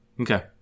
Okay